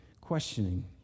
questioning